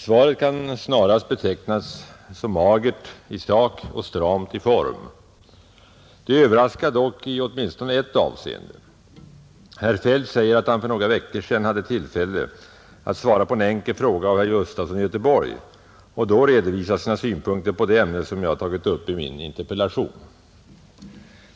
Svaret kan snarast betecknas som magert i sak och stramt i form, Det överraskar dock i åtminstone ett avseende, Herr Feldt säger att han för några veckor sedan hade tillfälle att svara på en enkel fråga av herr Gustafson i Göteborg och då redovisa sina synpunkter på det ämne som jag tagit upp i min interpellation.